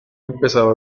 empezado